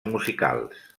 musicals